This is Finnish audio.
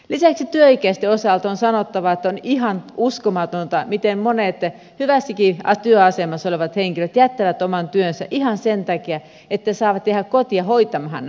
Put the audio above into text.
lisäksi työikäisten osalta on sanottava että on ihan uskomatonta miten monet hyvässäkin työasemassa olevat henkilöt jättävät oman työnsä ihan sen takia että saavat jäädä kotiin hoitamaan omaistansa